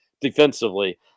defensively